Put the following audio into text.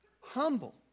humble